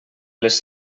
les